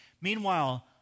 Meanwhile